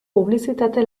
publizitate